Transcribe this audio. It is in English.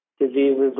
diseases